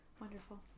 wonderful